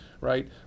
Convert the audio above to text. right